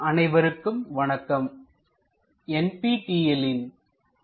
orthographic projection I பகுதி 3 அனைவருக்கும் வணக்கம்